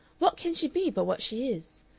what can she be but what she is.